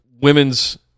women's